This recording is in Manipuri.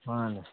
ꯃꯥꯅꯤ